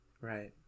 Right